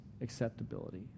acceptability